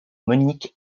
monique